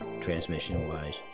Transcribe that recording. transmission-wise